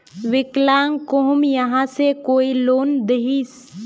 विकलांग कहुम यहाँ से कोई लोन दोहिस?